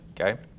Okay